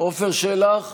עפר שלח,